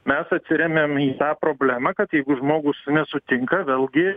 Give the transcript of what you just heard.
mes atsiremiam į tą problemą kad jeigu žmogus nesutinka vėlgi